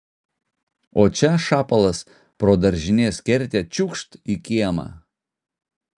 o čia šapalas pro daržinės kertę čiūkšt į kiemą